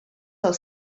del